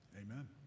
amen